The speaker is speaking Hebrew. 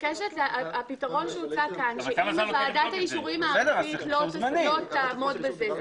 הפתרון שהוצע כאן שאם וועדת האישורים הארצית לא תעמוד בזה,